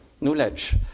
knowledge